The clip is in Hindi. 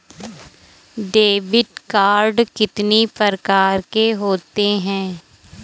डेबिट कार्ड कितनी प्रकार के होते हैं?